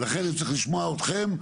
ולכן אני צריך לשמוע אתכם,